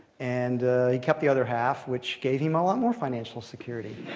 and he kept the other half, which gave him a lot more financial security.